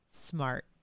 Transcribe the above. Smart